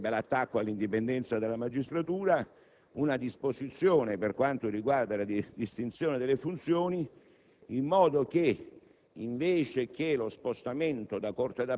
chiede di modificare - in questo starebbe l'attacco all'indipendenza della magistratura - una disposizione, per quanto riguarda la distinzione delle funzioni, in modo che,